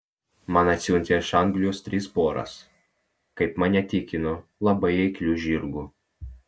man atsiuntė iš anglijos tris poras kaip mane tikino labai eiklių žirgų